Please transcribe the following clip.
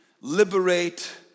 liberate